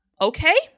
okay